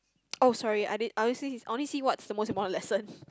oh sorry I did I only see his I only see what's the most important lesson